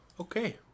okay